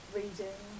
reading